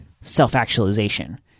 self-actualization